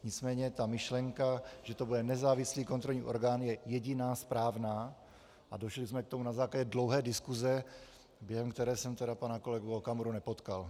Nicméně myšlenka, že to bude nezávislý kontrolní orgán, je jediná správná a došli jsme k tomu na základě dlouhé diskuse, během které jsem tedy pana kolegu Okamuru nepotkal.